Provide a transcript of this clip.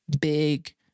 Big